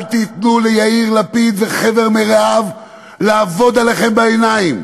אל תיתנו ליאיר לפיד וחבר מרעיו לעבוד עליכם בעיניים.